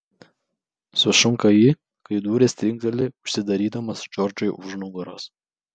sušunka ji kai durys trinkteli užsidarydamos džordžui už nugaros